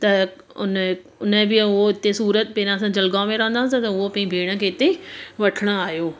त उन उन जे बि हो हुते सूरत पहिरियां असां जलगांव में रहंदासीं त उहो पंहिंजी भेण खे हिते वठणु आहियो